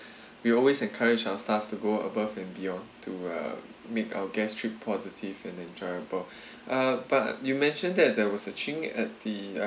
we will always encourage our staff to go above and beyond to um make our guest's trip positive and enjoyable uh but you mentioned that there was a ching at the uh